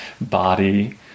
body